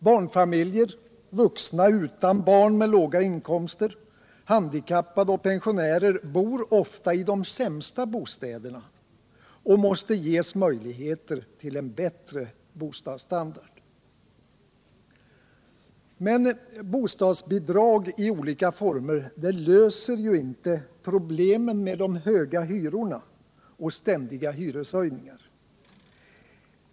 Barnfamiljer, vuxna utan barn med låga inkomster, handikappade och pensionärer bor ofta i de sämsta bostäderna och måste ges möjligheter till en bättre bostadsstandard. Bostadsbidrag i olika former löser emellertid inte problemen med de höga hyrorna och ständiga hyreshöjningar.